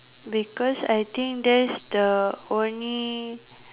because I think that's the only